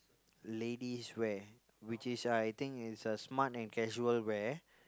ladies' wear which is I think is uh smart and casual wear